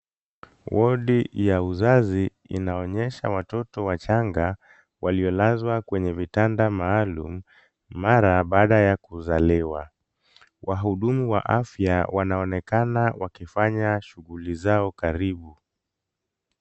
Wodi ya uzazi inaonyesha watoto wachanga waliolazwa kwenye vitanda maalum mara baada ya kuzaliwa. Wahudumu wa afya wanaonekana wakifanya shughuli zao karibu.